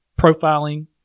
profiling